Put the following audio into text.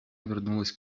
вернулась